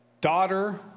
daughter